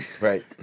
Right